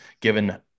given